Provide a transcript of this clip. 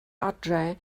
adre